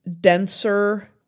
denser